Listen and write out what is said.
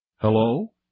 Hello